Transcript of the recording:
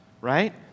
right